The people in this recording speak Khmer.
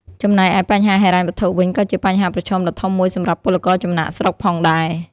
ចំណែកឯបញ្ហាហិរញ្ញវត្ថុវិញ ក៏ជាបញ្ហាប្រឈមដ៏ធំមួយសម្រាប់ពលករចំណាកស្រុកផងដែរ ។